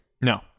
No